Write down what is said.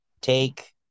take